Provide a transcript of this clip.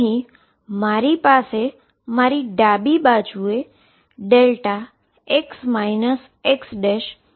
અહીં મારી પાસે મારી ડાબી બાજુએ x xdxidnxdx છે